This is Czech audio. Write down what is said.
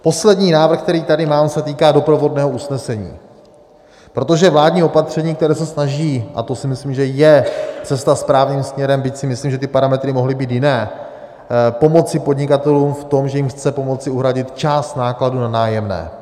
Poslední návrh, který tady mám, se týká doprovodného usnesení, protože vládní opatření, které se snaží a to si myslím, že je cesta správným směrem, byť si myslím, že ty parametry mohly být jiné pomoci podnikatelům v tom, že jim chce pomoci uhradit část nákladů na nájemné.